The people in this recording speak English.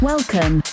Welcome